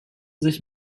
sich